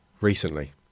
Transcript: recently